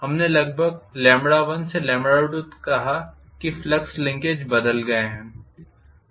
हमने लगभग 1से 2 तक कहा है कि फ्लक्स लिंकेज बदल गए हैं